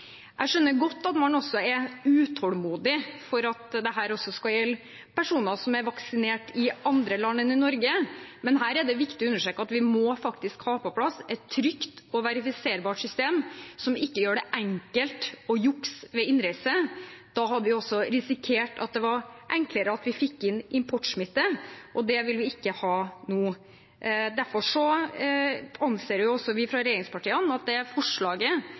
Jeg skjønner godt at man er utålmodig etter at dette også skal gjelde personer som er vaksinert i andre land enn i Norge, men her er det viktig å understreke at vi må ha på plass et trygt og verifiserbart system som ikke gjør det enkelt å jukse ved innreise. Da hadde vi også risikert at det var enklere å få inn importsmitte, og det vil vi ikke ha nå. Derfor anser vi fra regjeringspartiene at det forslaget som fremmes fra de nevnte partiene, i realiteten allerede er